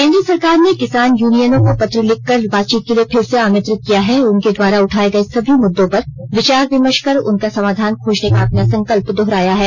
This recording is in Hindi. केन्द्र सरकार ने किसान यूनियनों को पत्र लिखकर बातचीत के लिए फिर से आमंत्रित किया है और उनके द्वारा उठाये गये सभी मुद्दों पर विचार विमर्श कर उनका समाधान खोजने का अपना संकल्प दोहराया है